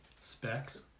Specs